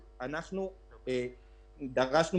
זה חברות